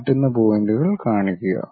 മാറ്റുന്ന പോയിൻ്റുകൾ കാണിക്കുക